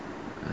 err